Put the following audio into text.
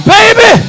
Baby